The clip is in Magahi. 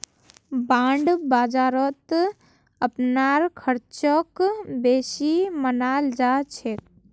बांड बाजारत अपनार ख़र्चक बेसी मनाल जा छेक